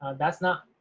and that's not